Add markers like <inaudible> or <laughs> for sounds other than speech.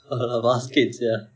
<laughs> basket sia